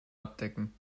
abdecken